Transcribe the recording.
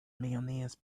mayonnaise